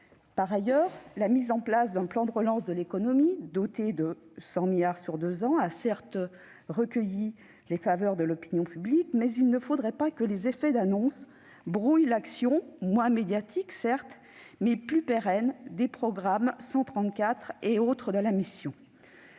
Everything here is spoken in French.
Par ailleurs, la mise en oeuvre d'un plan de relance de l'économie doté de 100 milliards d'euros sur deux ans a certes recueilli les faveurs de l'opinion publique, mais il ne faudrait pas que les effets d'annonce brouillent l'action, certes moins médiatique, mais plus pérenne du programme 134 et des autres programmes de la mission.